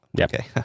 Okay